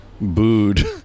booed